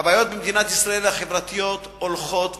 הבעיות החברתיות במדינת ישראל הולכות ומעמיקות,